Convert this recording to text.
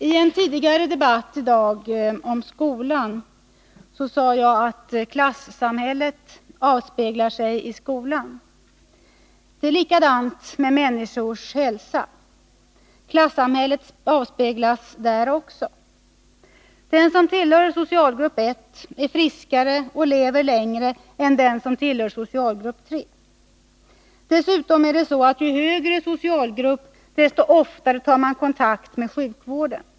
I en debatt tidigare i dag om skolan sade jag att klassamhället avspeglar sig i skolan. Det är likadant med människors hälsa. Klassamhället avspeglas där också. Den som tillhör socialgrupp 1 är friskare och lever längre än den som tillhör socialgrupp 3. Dessutom är det så, att ju högre socialgrupp man tillhör desto oftare tar man kontakt med sjukvården.